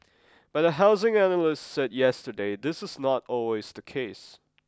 but a housing analyst said yesterday this is not always the case